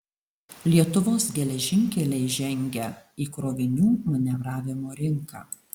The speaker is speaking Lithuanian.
lietuvos geležinkeliai žengia į krovinių manevravimo rinką